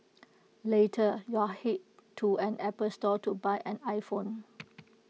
later your Head to an Apple store to buy an iPhone